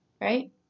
right